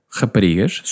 raparigas